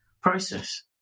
process